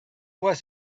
was